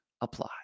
apply